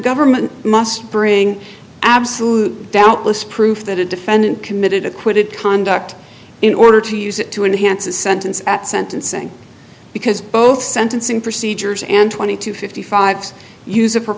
government must bring absolute doubtless proof that a defendant committed acquitted conduct in order to use it to enhance a sentence at sentencing because both sentencing procedures and twenty to fifty five use